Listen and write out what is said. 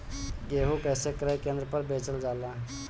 गेहू कैसे क्रय केन्द्र पर बेचल जाला?